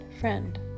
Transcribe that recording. Friend